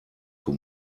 too